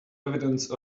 evidence